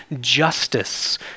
justice